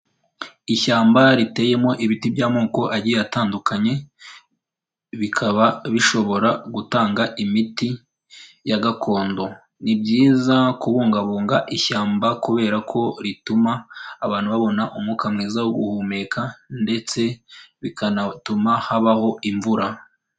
Ishyamba riteyemo ibiti by'amoko agiye atandukanye, bikaba bishobora gutanga imiti ya gakondo, ni byiza kubungabunga ishyamba kubera ko rituma abantu babona umwuka mwiza wo guhumeka ndetse bikanatuma habaho imvura.